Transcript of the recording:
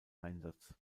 einsatz